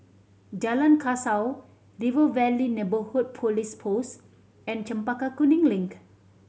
Jalan Kasau River Valley Neighbourhood Police Post and Chempaka Kuning Link